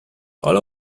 all